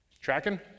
Tracking